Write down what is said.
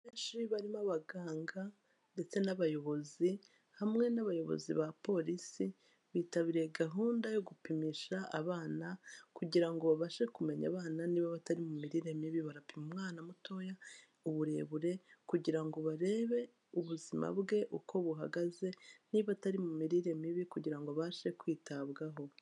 Benshi barimo abaganga ndetse n'abayobozi hamwe n'abayobozi ba polisi bitabiriye gahunda yo gupimisha abana kugira ngo babashe kumenya abana niba batari mu mirire mibi bagapima umwana mutoya uburebure kugira ngo barebe ubuzima bwe uko buhagaze niba atari mu mirire mibi kugira ngo abashe kwitabwaho